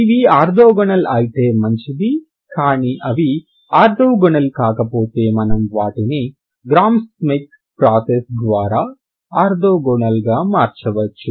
అవి ఆర్తోగోనల్ అయితే మంచిది కానీ అవి ఆర్తోగోనల్ కాకపోతే మనం వాటిని గ్రామ్ స్మిత్ ప్రాసెస్ ద్వారా ఆర్తోగోనల్గా చేయవచ్చు